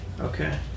Okay